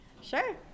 Sure